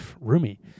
roomy